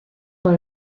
por